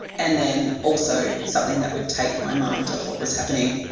and then also something that would take my mind off what was happening.